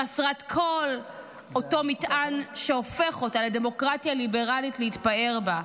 חסרת כל אותו מטען שהופך אותה לדמוקרטיה ליברלית להתפאר בה.